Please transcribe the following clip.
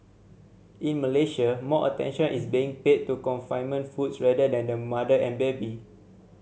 in Malaysia more attention is being paid to confinement foods rather than the mother and baby